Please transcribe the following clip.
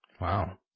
Wow